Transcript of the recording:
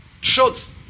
truth